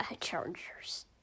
Chargers